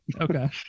Okay